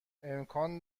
امکان